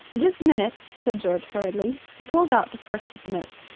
just a minute, said george hurriedly. he pulled out the first of the notes.